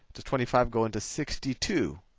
does twenty five go into sixty two?